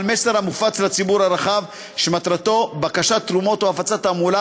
על מסר המופץ לציבור הרחב ומטרתו בקשת תרומות או הפצת תעמולה.